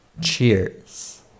cheers